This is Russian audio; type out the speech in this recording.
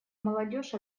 молодежь